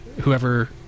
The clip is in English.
whoever